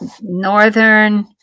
Northern